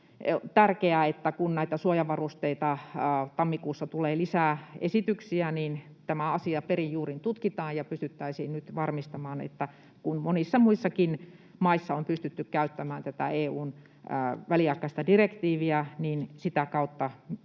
tärkeää, että kun näistä suojavarusteista tammikuussa tulee lisää esityksiä, niin tämä asia perin juurin tutkitaan ja pystyttäisiin nyt varmistamaan, että kun monissa muissakin maissa on pystytty käyttämään tätä EU:n väliaikaista direktiiviä, niin sitä kautta